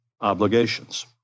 obligations